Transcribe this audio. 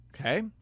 Okay